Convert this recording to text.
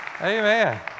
Amen